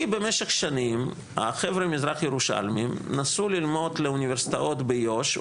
כי במשך שנים החבר'ה המזרח ירושלמים נסעו ללמוד באוניברסיטאות ביו"ש,